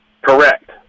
Correct